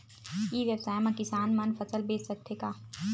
ई व्यवसाय म किसान मन फसल बेच सकथे का?